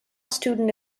student